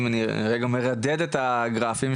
אם אני רגע מרדד את הגרפים,